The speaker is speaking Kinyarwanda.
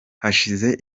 hashize